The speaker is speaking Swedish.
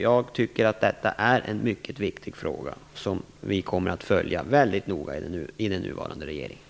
Jag tycker att detta är en mycket viktig fråga. Vi kommer att följa upp frågan mycket noga i den nuvarande regeringen.